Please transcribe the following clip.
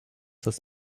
das